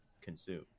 consume